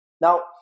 Now